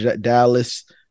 Dallas